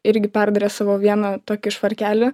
irgi perdresavo vieną tokį švarkelį